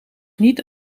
niet